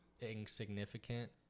insignificant